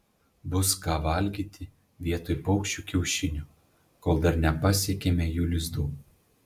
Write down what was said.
bus ką valgyti vietoj paukščių kiaušinių kol dar nepasiekėme jų lizdų